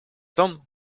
том